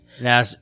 Now